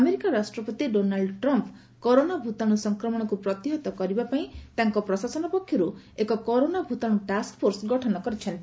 America ରାଷ୍ଟ୍ରପତି Donald ଟ୍ରମ୍ପକ corona ଭୂତାଣୁ ସଂକ୍ରମଣକୁ ପ୍ରତିହତ କରିବାପାଇଁ ତାଙ୍କ ପ୍ରଶାସନ ପକ୍ଷରୁ ଏକ କରୋନା ଭ୍ତାଣୁ ଟାସ୍କ ଫୋର୍ସ ଗଠନ କରିଛନ୍ତି